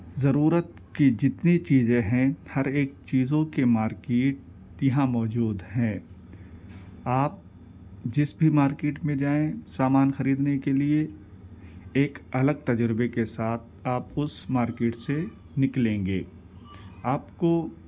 ضرورت کی جتنی چیزیں ہیں ہر ایک چیزوں کی مارکیٹ یہاں موجود ہے آپ جس بھی مارکیٹ میں جائیں سامان خریدنے کے لیے ایک الگ تجربے کے ساتھ آپ اس مارکیٹ سے نکلیں گے آپ کو